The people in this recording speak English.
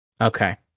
Okay